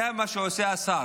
זה מה שעושה השר.